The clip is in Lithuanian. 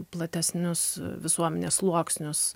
platesnius visuomenės sluoksnius